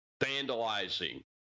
vandalizing